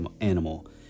animal